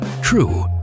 True